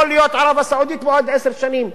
יכול להיות ערב-הסעודית בעוד עשר שנים.